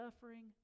suffering